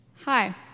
Hi